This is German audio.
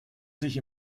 sich